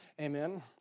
Amen